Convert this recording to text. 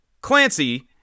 Clancy